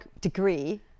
degree